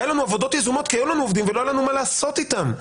היו לנו עבודות יזומות כי היו לנו עובדים ולא ידענו מה לעשות אתם.